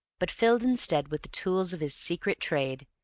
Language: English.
but filled instead with the tools of his secret trade,